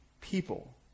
people